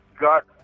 got